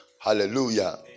Hallelujah